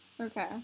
Okay